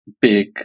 big